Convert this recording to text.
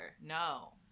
No